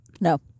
No